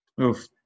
Oof